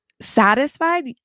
satisfied